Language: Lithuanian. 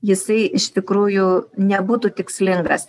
jisai iš tikrųjų nebūtų tikslingas